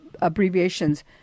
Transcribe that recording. abbreviations